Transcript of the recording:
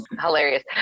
hilarious